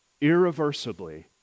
irreversibly